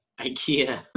IKEA